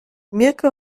mirko